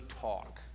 talk